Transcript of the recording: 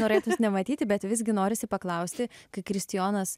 norėtųs nematyti bet visgi norisi paklausti kai kristijonas